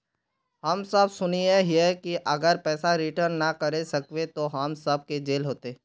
हम सब सुनैय हिये की अगर पैसा रिटर्न ना करे सकबे तो हम सब के जेल होते?